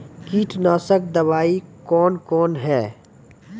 कीटनासक दवाई कौन कौन हैं?